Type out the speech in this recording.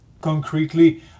concretely